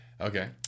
okay